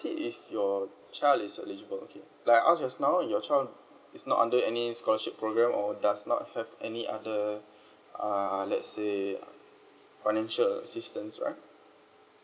say if your child is eligible okay like I ask just now your child is not under any scholarship program or does not have any other uh let's say financial assistance right